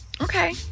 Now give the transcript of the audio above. Okay